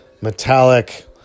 metallic